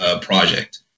project